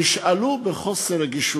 נשאלו בחוסר רגישות,